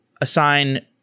assign